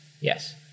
Yes